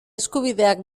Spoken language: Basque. eskubideak